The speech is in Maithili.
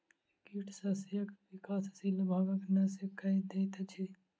कीट शस्यक विकासशील भागक नष्ट कय दैत अछि